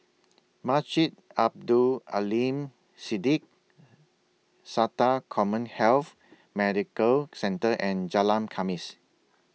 Masjid Abdul Aleem Siddique Sata Commhealth Medical Centre and Jalan Khamis